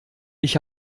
ich